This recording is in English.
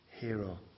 hero